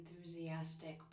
enthusiastic